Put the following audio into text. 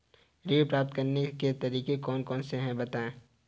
ऋण प्राप्त करने के तरीके कौन कौन से हैं बताएँ?